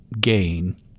gain